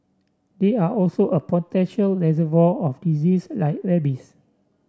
they are also a potential reservoir of disease like rabies